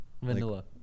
Vanilla